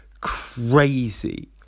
crazy